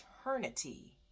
eternity